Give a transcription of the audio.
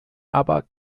aber